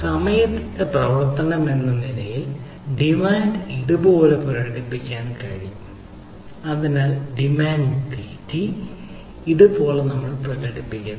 സമയത്തിന്റെ പ്രവർത്തനമെന്ന നിലയിൽ ഡിമാൻഡ് ഇതുപോലെ പ്രകടിപ്പിക്കാൻ കഴിയും അതിനാൽ ഡിമാൻഡ് ഡിടി ഇതുപോലെ പ്രകടിപ്പിക്കുന്നു